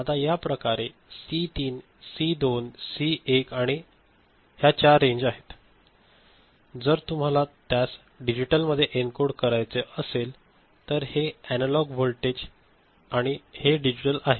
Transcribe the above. आता या प्रकारे सी 3 सी 2 सी 1 आणि 4 रेंज आहेत जर तुम्हाला त्यास डिजिटल मध्ये एन्कोड करायचं असेल तर हे एनालॉग व्होल्टेज ते डिजिटल आहे